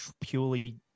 purely